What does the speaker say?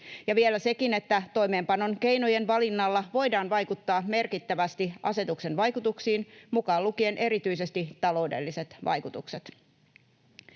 ja vielä sekin, että ”toimeenpanon keinojen valinnalla voidaan vaikuttaa merkittävästi asetuksen vaikutuksiin, mukaan lukien erityisesti taloudelliset vaikutukset”.